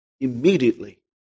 immediately